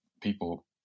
people